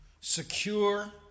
secure